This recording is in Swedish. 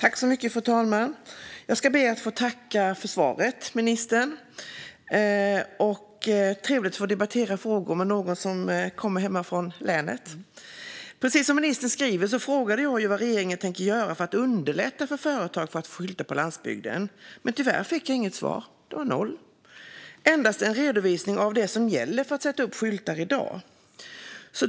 Fru talman! Jag ska be att få tacka ministern för svaret. Det är trevligt att få debattera frågor med någon som kommer från länet! Precis som ministern säger frågade jag vad regeringen tänker göra för att underlätta för företag att få skylta på landsbygden. Tyvärr fick jag inget svar. Det var noll. Jag fick endast en redovisning av vad som gäller för att få sätta upp skyltar i dag.